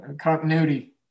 Continuity